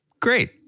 Great